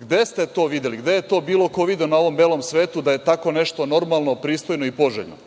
Gde ste to videli? Gde je to bilo ko video na ovom belom svetu da je tako nešto normalno, pristojno i poželjno?